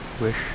wish